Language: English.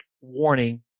warning